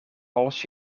als